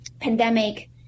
pandemic